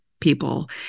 people